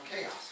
chaos